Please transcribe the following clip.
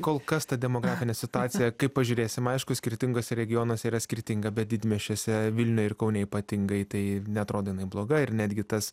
kol kas ta demografinė situacija kaip pažiūrėsim aišku skirtinguose regionuose yra skirtinga bet didmiesčiuose vilniuj ir kaune ypatingai tai neatrodo jinai bloga ir netgi tas